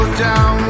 Down